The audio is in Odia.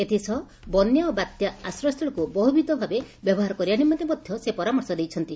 ଏଥିସହ ବନ୍ୟା ଓ ବାତ୍ୟା ଆଶ୍ରୟସ୍ଥଳୀକୁ ବହ୍ବିଧ ଭାବେ ବ୍ୟବହାର କରିବା ନିମନ୍ତେ ମଧ ସେ ପରାମର୍ଶ ଦେଇଛନ୍ତି